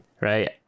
right